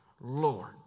Lord